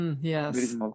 yes